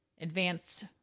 advanced